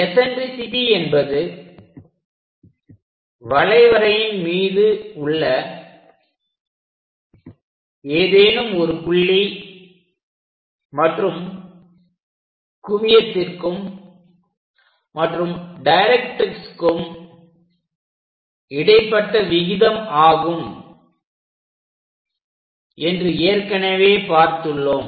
eccentricity என்பது வளைவரையின் மீது உள்ள ஏதேனும் ஒரு புள்ளி மற்றும் குவியத்திற்கும் மற்றும் டைரக்ட்ரிக்ஸ்க்கும் இடைப்பட்ட விகிதம் ஆகும் என்று ஏற்கனவே பார்த்துள்ளோம்